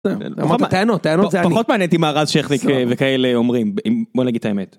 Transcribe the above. טענות, טענות זה עדיף. פחות מעניין אותי מה רז שכניק וכאלה אומרים אם בוא נגיד האמת.